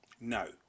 no